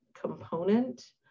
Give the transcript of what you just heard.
component